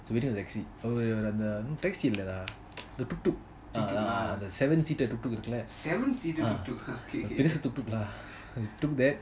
ஒரு ஒரு அந்த:oru oru antha taxi இல்ல:illa lah the tuk tuk the seven seater tuk tuk it's just a tuk tuk lah and took that